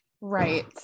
Right